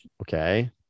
Okay